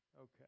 Okay